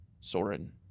Soren